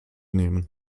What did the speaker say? nehmen